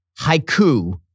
haiku